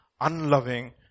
unloving